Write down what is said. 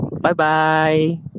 Bye-bye